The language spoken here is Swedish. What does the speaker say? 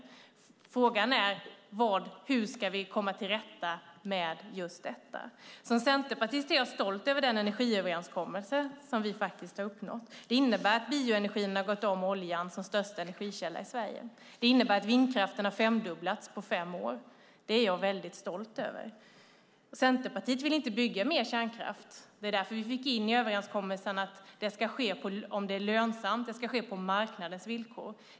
Frågan är hur vi ska komma till rätta med just detta. Som centerpartist är jag stolt över den energiöverenskommelse som vi har uppnått. Det innebär att bioenergin har gått om oljan som största energikälla i Sverige. Det innebär att vindkraften har femdubblats på fem år. Det är jag väldigt stolt över. Centerpartiet vill inte bygga mer kärnkraft. Det var därför vi fick in i överenskommelsen att det ska ske om det är lönsamt och att det ska ske på marknadens villkor.